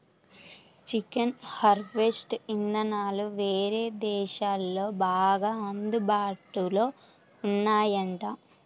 chicken harvest ఇదానాలు వేరే దేశాల్లో బాగా అందుబాటులో ఉన్నాయంట